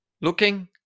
looking